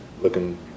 looking